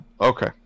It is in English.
Okay